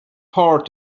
hard